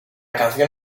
canción